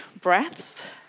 breaths